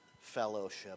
fellowship